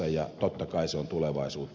totta kai se on tulevaisuutta